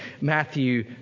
matthew